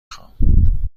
خوام